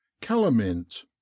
Calamint